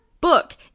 book